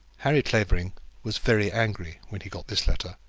harry clavering was very angry when he got this letter.